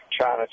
China